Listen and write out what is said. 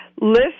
list